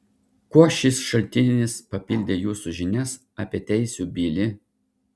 kuo šis šaltinis papildė jūsų žinias apie teisių bilį